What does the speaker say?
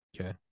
Okay